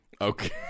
Okay